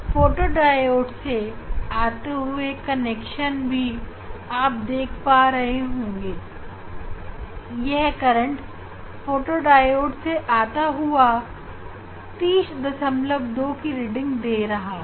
photo diode से आते हुए कनेक्शन भी आप देख पा रहे हैं यह करंट फोटो डायोड से आते हुए 302 रीडिंग दे रहा है